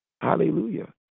Hallelujah